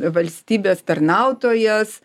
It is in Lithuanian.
valstybės tarnautojas